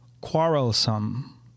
quarrelsome